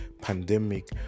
pandemic